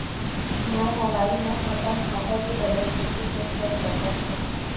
मैं मोबाइल मा अपन खाता के बैलेन्स कइसे चेक कर सकत हव?